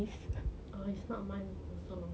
ya it's not mine also